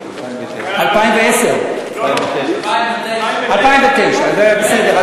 2009. בסדר,